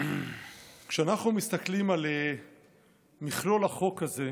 כשאנחנו מסתכלים על מכלול החוק הזה,